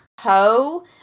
Ho